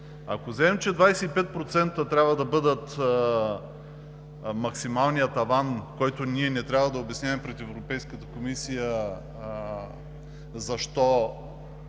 Ако вземем, че 25% трябва да бъде максималният таван, за който не трябва да обясняваме пред Европейската комисия защо